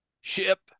Ship